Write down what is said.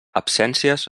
absències